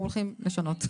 כי אנחנו הולכים לשנות.